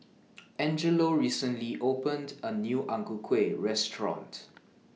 Angelo recently opened A New Ang Ku Kueh Restaurant